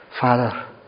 Father